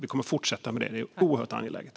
Vi kommer att fortsätta med det. Det är oerhört angeläget.